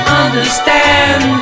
understand